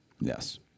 Yes